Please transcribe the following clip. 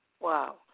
Wow